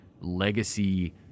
legacy